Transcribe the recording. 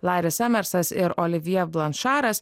laris emersas ir olivjė blanšaras